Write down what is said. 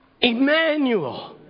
Emmanuel